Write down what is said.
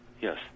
Yes